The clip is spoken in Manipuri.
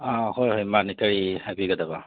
ꯑꯥ ꯍꯣꯏ ꯍꯣꯏ ꯃꯥꯅꯤ ꯀꯔꯤ ꯍꯥꯏꯕꯤꯒꯗꯕ